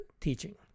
Teaching